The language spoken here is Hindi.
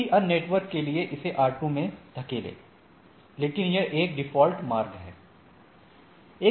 किसी अन्य नेटवर्क के लिए इसे R2 में धकेलें इसलिए यह एक डिफ़ॉल्ट मार्ग है